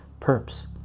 perps